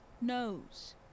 knows